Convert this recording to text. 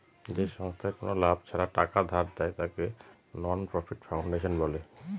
যে সংস্থায় কোনো লাভ ছাড়া টাকা ধার দেয়, তাকে নন প্রফিট ফাউন্ডেশন বলে